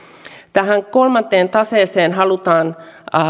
tähän kolmanteen taseeseen halutaan